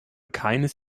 keines